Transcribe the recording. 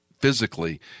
physically